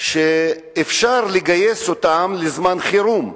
שאפשר לגייס אותן לזמן חירום,